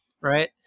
Right